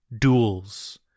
Duels